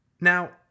Now